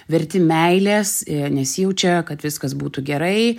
verti meilės nesijaučia kad viskas būtų gerai